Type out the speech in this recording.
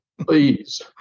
Please